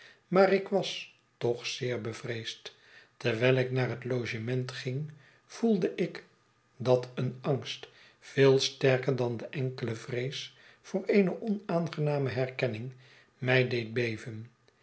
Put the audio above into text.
maar ik was toch zeer bevreesd terwijl ik naar het logement ging voelde ik dat een angst veel sterker dan de enkele vrees voor eene onaahgename herkenning mij deed beven